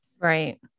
Right